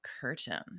curtain